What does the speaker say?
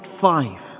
five